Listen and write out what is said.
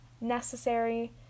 necessary